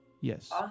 Yes